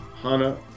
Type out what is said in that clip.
Hana